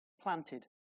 planted